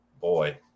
boy